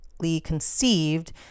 conceived